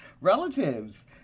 relatives